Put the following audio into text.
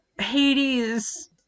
Hades